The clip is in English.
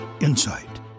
insight